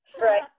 right